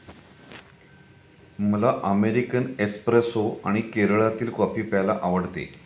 मला American espresso आणि केरळातील कॉफी प्यायला आवडते